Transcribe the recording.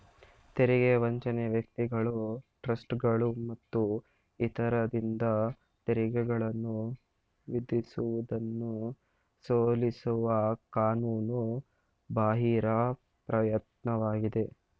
ತೆರಿಗೆ ವಂಚನೆ ವ್ಯಕ್ತಿಗಳು ಟ್ರಸ್ಟ್ಗಳು ಮತ್ತು ಇತರರಿಂದ ತೆರಿಗೆಗಳನ್ನ ವಿಧಿಸುವುದನ್ನ ಸೋಲಿಸುವ ಕಾನೂನು ಬಾಹಿರ ಪ್ರಯತ್ನವಾಗಿದೆ